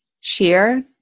share